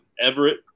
Everett